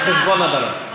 על חשבון הברון.